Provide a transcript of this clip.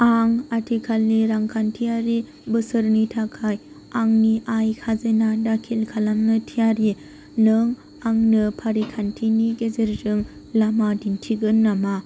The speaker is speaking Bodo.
आं आथिखालनि रांखान्थियारि बोसोरनि थाखाय आंनि आय खाजोना दाखिल खालामनो थियारि नों आंनो फारिखान्थिनि गेजेरजों लामा दिन्थिगोन नामा